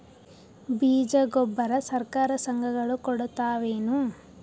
ಬೀಜ ಗೊಬ್ಬರ ಸರಕಾರ, ಸಂಘ ಗಳು ಕೊಡುತಾವೇನು?